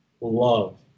love